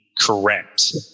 Correct